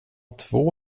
två